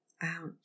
Out